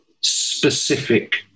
specific